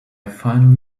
finally